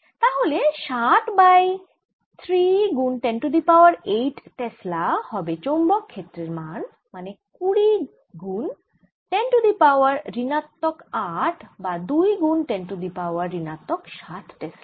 তাহলে ষাট বাই 3 গুন 10 টু দি পাওয়ার 8 টেসলা হবে চৌম্বক ক্ষেত্রের মান মানে কুড়ি গুন 10টু দি পাওয়ার ঋণাত্মক 8 বা দুই গুন10 টু দি পাওয়ার ঋণাত্মক 7 টেসলা